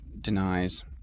denies